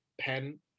pen